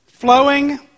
Flowing